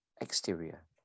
exterior